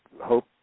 hope